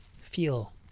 feel